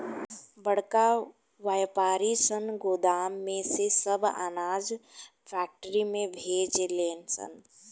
बड़का वायपारी सन गोदाम में से सब अनाज फैक्ट्री में भेजे ले सन